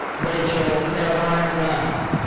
rachel caroline less.